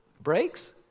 breaks